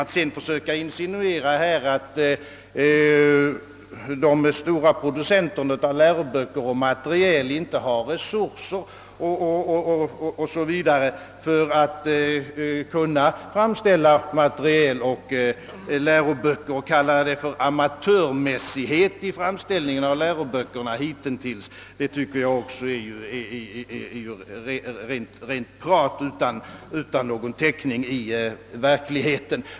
Att sedan försöka insinuera, att de stora producenterna av läroböcker och materiel inte har resurer för att kunna framställa läroböcker och materiel, och att tala om amatörmässighet i framställningen av läroböcker hitintills tycker jag också är prat utan någon täckning i verkligheten.